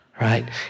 Right